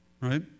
right